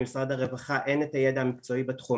למשרד הרווחה אין את הידע המקצועי בתחום,